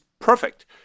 perfect